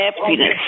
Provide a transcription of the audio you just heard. happiness